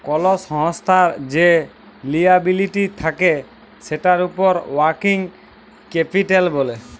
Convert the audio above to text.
call সংস্থার যে liability থাক্যে সেটার উপর ওয়ার্কিং ক্যাপিটাল ব্যলে